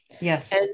Yes